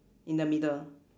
in the middle